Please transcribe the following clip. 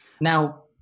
Now